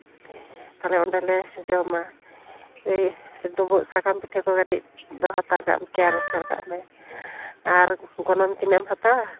ᱛᱟᱞᱚᱦᱮ ᱚᱸᱰᱮᱞᱮ ᱡᱚᱢᱟ ᱳᱭ ᱰᱩᱸᱵᱩᱜ ᱥᱟᱠᱟᱢ ᱯᱤᱴᱷᱟᱹ ᱠᱚ ᱠᱟᱹᱴᱤᱡᱫᱡᱚᱦᱚ ᱦᱟᱛᱟᱲ ᱠᱟᱜ ᱢᱮ ᱛᱮᱭᱟᱨ ᱦᱟᱛᱟᱲ ᱠᱟᱜ ᱢᱮ ᱟᱨ ᱜᱚᱱᱚᱝ ᱛᱤᱱᱟᱹᱜ ᱮᱢ ᱦᱟᱛᱟᱣᱟ